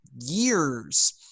years